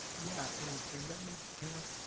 yeah, and and let me, can i,